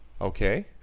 Okay